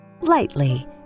lightly